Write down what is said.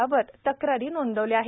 बाबत तक्रारी नोंदविल्या आहेत